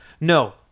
No